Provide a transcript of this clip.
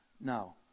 no